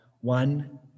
one